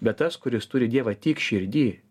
bet tas kuris turi dievą tiek širdy